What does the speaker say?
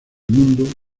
mundo